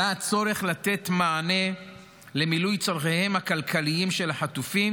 עלה הצורך לתת מענה למילוי צורכיהם הכלכליים של החטופים